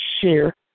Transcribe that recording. share